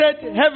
heaven